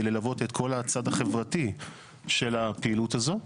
ללוות את כל הצד החברתי של הפעילות הזו,